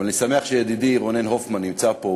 אבל אני שמח שידידי רונן הופמן נמצא פה.